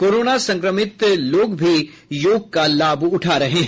corona संक्रमित लोग भी योग का लाभ उठा रहे हैं